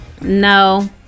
No